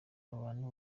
abantu